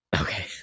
Okay